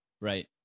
Right